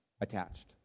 attached